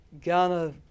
Ghana